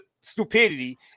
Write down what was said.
stupidity